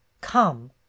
Come